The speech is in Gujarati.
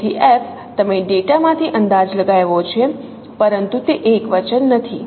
તેથી F તમે ડેટા માંથી અંદાજ લગાવ્યો છે પરંતુ તે એકવચન નથી